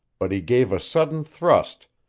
but he gave a sudden thrust,